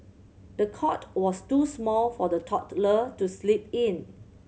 the cot was too small for the toddler to sleep in